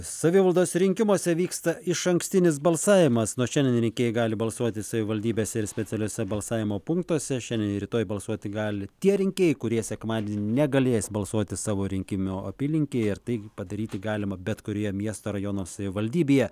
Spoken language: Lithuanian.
savivaldos rinkimuose vyksta išankstinis balsavimas nuo šiandien rinkėjai gali balsuoti savivaldybėse ir specialiuose balsavimo punktuose šiandien ir rytoj balsuoti gali tie rinkėjai kurie sekmadienį negalės balsuoti savo rinkimų apylinkėj ir tai padaryti galima bet kurioje miesto rajono savivaldybėje